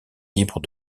libre